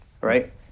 right